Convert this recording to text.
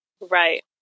Right